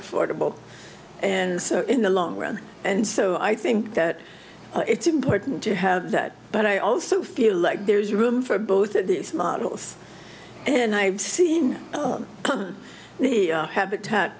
affordable and so in the long run and so i think that it's important to have that but i also feel like there's room for both of these models and i've seen the habitat